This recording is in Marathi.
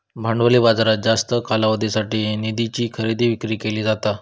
भांडवली बाजारात जास्त कालावधीसाठी निधीची खरेदी विक्री केली जाता